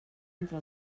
entre